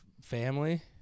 Family